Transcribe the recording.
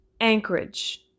Anchorage